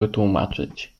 wytłumaczyć